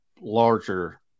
larger